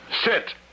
Sit